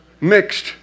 mixed